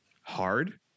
hard